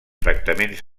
tractaments